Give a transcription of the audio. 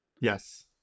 yes